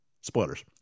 spoilers